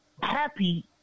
happy